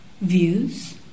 views